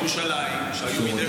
בירושלים שהיו בידי אונר"א.